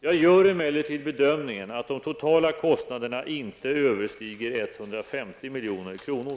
Jag gör emellertid bedömningen att de totala kostnaderna inte överstiger 150 milj.kr.